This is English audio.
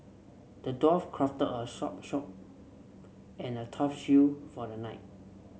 the dwarf crafted a sharp sword and a tough shield for the knight